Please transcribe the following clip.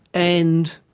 and,